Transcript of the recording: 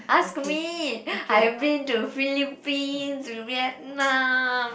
ask me I've been to Philippines to vietnam